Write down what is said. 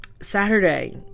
Saturday